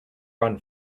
run